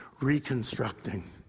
reconstructing